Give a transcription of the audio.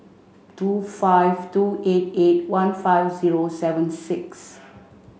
two five two eight eight one five zero seven six